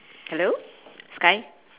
hello sky